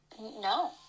No